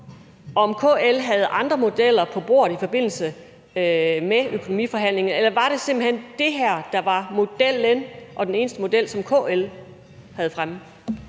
om KL havde andre modeller på bordet i forbindelse med økonomiforhandlingerne, eller om det simpelt hen var det her, der var modellen, og den eneste model, som KL havde fremme?